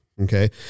Okay